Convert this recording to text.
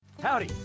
Howdy